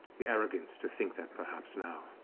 the arrogance to think that perhaps, now,